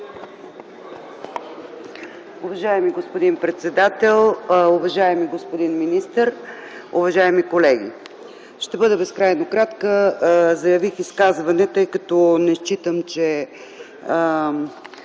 Уважаеми господин председател, уважаеми господин министър, уважаеми колеги! Ще бъда безкрайно кратка. Заявих изказване, тъй като не считам, че